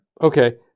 Okay